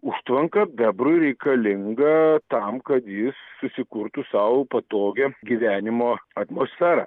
užtvanka bebrui reikalinga tam kad jis susikurtų sau patogią gyvenimo atmosferą